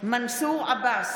מנסור עבאס,